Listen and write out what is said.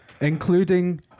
including